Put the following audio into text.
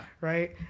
Right